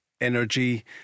energy